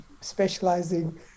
specializing